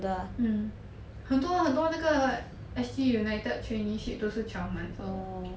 mm 很多很多那个 S_G united traineeship 都是 twelve months 的